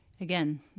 again